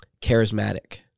charismatic